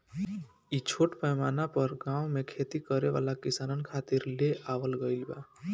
इ छोट पैमाना पर गाँव में खेती करे वाला किसानन खातिर ले आवल गईल बा